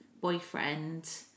boyfriend